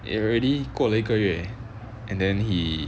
it already 过了一个月 and then he